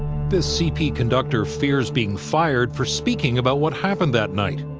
this cp conductor fears being fired for speaking about what happened that night.